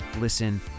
listen